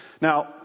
Now